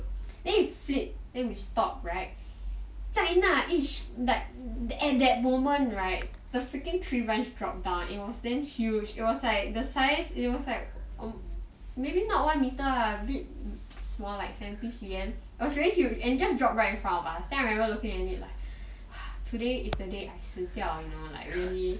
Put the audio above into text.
then it flip then we stop right 在那一时刻 like at that moment right the freaking tree branch drop down eh it was damn huge it was like the size it was like oh maybe not one meter ah a bit smaller like seventy C_M it was very huge and it just drop right in front of us then I remember looking at it like today is the day 死掉 you know like really